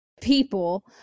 people